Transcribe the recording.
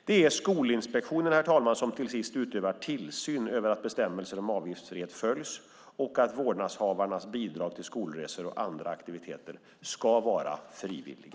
Det är Skolinspektionen, herr talman, som utövar tillsyn över att bestämmelser om avgiftsfrihet följs och att vårdnadshavarnas bidrag till skolresor och andra aktiviteter är frivilliga.